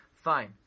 Fine